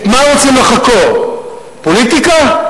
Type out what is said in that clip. את מה רוצים לחקור, פוליטיקה?